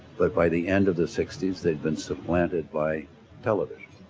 but by the end of the sixty s they'd been supplanted by television